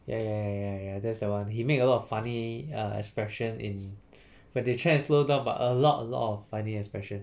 ya ya ya ya ya that's the one he make a lot of funny uh expression in when they tried to slow down but a lot a lot of funny expression